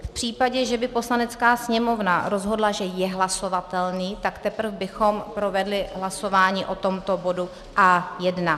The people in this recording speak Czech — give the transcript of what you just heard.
V případě, že by Poslanecká sněmovna rozhodla, že je hlasovatelný, tak teprv bychom provedli hlasování o tomto bodu A1.